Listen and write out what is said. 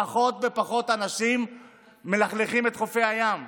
פחות ופחות אנשים מלכלכים את חופי הים.